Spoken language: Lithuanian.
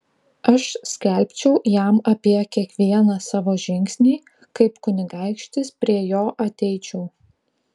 aš skelbčiau jam apie kiekvieną savo žingsnį kaip kunigaikštis prie jo ateičiau